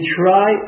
try